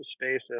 space